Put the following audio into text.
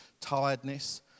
tiredness